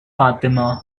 fatima